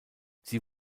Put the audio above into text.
sie